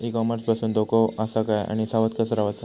E commerce पासून धोको आसा काय आणि सावध कसा रवाचा?